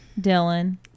dylan